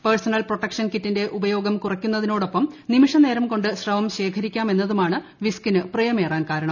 personal protection കിറ്റിന്റെ ഉപയോഗം കുറയ്ക്കുന്ന തിനോടൊപ്പം നിമിഷനേരം പ്രക്കൊണ്ട് സ്രവം ശേഖരിക്കാമെന്നതുമാണ് വിസ്കിന് പ്രിയമേറാൻ കാരണ്ട്